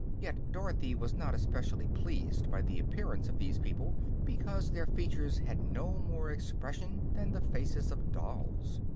yet dorothy was not especially pleased by the appearance of these people because their features had no more expression than the faces of dolls.